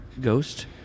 ghost